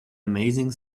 amazing